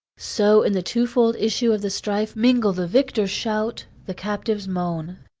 so in the twofold issue of the strife mingle the victor's shout, the captives' moan.